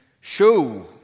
show